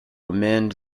amend